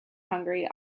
hungary